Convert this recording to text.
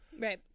Right